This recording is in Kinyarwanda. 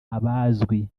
abazwi